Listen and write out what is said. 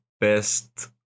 best